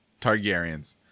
Targaryens